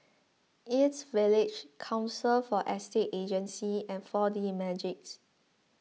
East Village Council for Estate Agencies and four D Magix